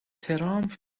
ترامپ